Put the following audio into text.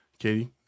katie